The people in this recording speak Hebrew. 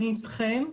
אני אתכם.